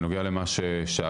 בנוגע למה ששאלת,